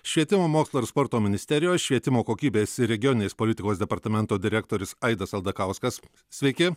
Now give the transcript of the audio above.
švietimo mokslo ir sporto ministerijos švietimo kokybės ir regioninės politikos departamento direktorius aidas aldakauskas sveiki